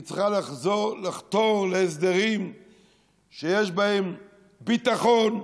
והיא צריכה לחזור לחתור להסדרים שיש בהם ביטחון,